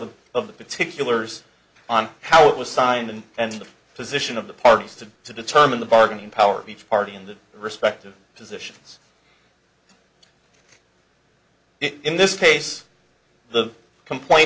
the of the particulars on how it was signed and the position of the parties to to determine the bargaining power of each party in the respective positions in this case the complaint